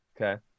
okay